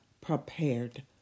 prepared